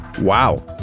Wow